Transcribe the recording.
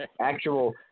actual